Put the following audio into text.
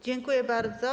Dziękuję bardzo.